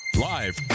Live